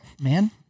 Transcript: man